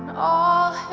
all